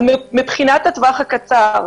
מבחינת הטווח הקצר,